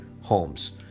homes